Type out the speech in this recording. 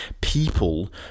people